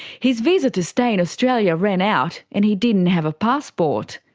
his visa to stay in australia ran out, and he didn't have a passport.